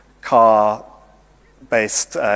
car-based